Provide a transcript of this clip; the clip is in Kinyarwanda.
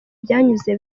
byanyuze